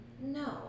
no